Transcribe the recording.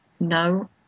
No